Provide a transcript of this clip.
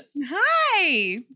Hi